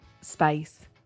space